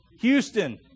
Houston